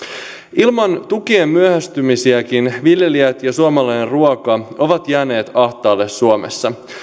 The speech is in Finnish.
ilman tukien myöhästymisiäkin viljelijät ja suomalainen ruoka ovat jääneet ahtaalle suomessa